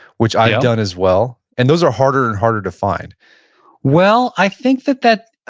which i've done as well. and those are harder and harder to find well i think that that,